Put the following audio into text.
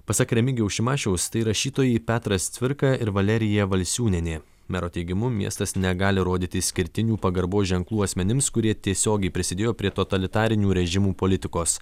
pasak remigijaus šimašiaus tai rašytojai petras cvirka ir valerija valsiūnienė mero teigimu miestas negali rodyti išskirtinių pagarbos ženklų asmenims kurie tiesiogiai prisidėjo prie totalitarinių režimų politikos